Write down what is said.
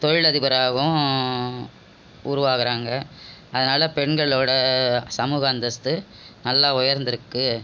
தொழில் அதிபராகவும் உருவாகுறாங்க அதனால பெண்களோட சமூக அந்தஸ்து நல்லா உயர்ந்துருக்கு